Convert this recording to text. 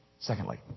Secondly